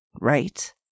right